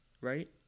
right